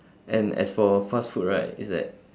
and as for fast food right it's that